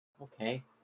Okay